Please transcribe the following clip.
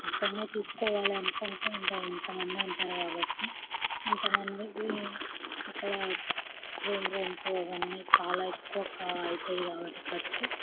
అక్కడనే తీసుకోవాలనుకుంటే ఇంకా అంత మంది ఉంటారు కాబట్టి ఇంత మందికి అక్కడ రూమ్ రెంట్ అవన్నీ చాలా ఎక్కువ కా అవుతుంది కాబట్టి ఖర్చు